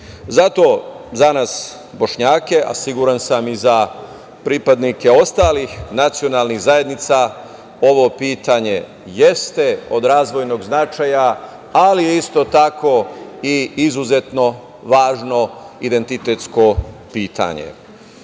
Zato za nas Bošnjake, a siguran sam i za pripadnike ostalih nacionalnih zajednica, ovo pitanje jeste od razvojnog značaja, ali je isto tako i izuzetno važno identitetsko pitanje. Skoro